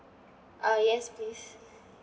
ah yes please